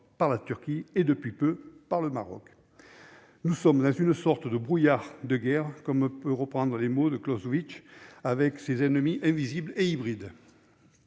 par la Turquie et, depuis peu, par le Maroc, etc. Nous sommes dans une sorte de « brouillard de guerre », pour reprendre les mots de Clausewitz, avec ses ennemis invisibles et hybrides.